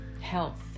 health